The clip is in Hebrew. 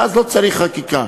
ואז לא צריך חקיקה.